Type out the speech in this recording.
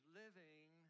living